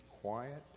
quiet